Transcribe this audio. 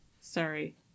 Sorry